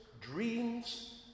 dreams